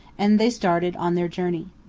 and they started on their journey.